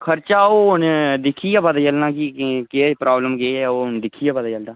खर्चा ओह् हून दिक्खियै पता चलना कि केह् प्रोब्लम केह् ऐ ओह् दिक्खियै पता चलदा